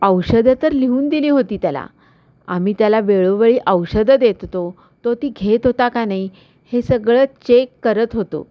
औषधं तर लिहून दिली होती त्याला आम्ही त्याला वेळोवेळी औषधं देत होतो तो ती घेत होता का नाही हे सगळं चेक करत होतो